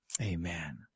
amen